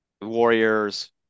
Warriors